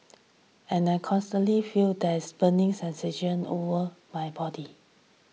and I constantly feel this burning sensation all over my body